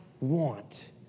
want